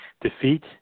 defeat